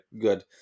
good